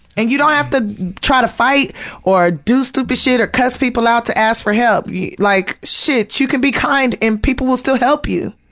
and you don't have to try to fight or do stupid shit or cuss people out to ask for help, like shit! you can be kind and people will still help you.